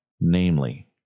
Namely